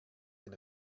den